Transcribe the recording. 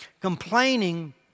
complaining